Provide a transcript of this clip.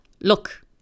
Look